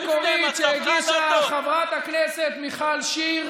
הצעת החוק המקורית שהגישה חברת הכנסת מיכל שיר,